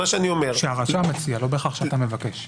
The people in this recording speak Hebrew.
שהרשם מציע, לא בהכרח שאתה מבקש.